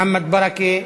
מוחמד ברכה.